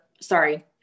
sorry